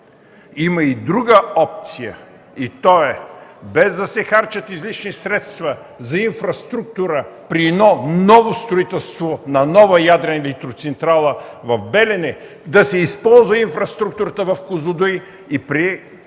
Има и друга опция и тя е: без да се харчат излишни средства за инфраструктура при едно ново строителство на нова ядрена електроцентрала в Белене, да се използва инфраструктурата в Козлодуй и при